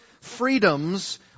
freedoms